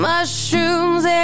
Mushrooms